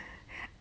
interesting